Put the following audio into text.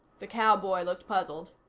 the cowboy looked puzzled.